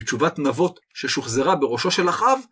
בתשובת נבות, ששוחזרה בראשו של אחאב